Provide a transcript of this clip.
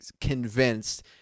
convinced